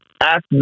ask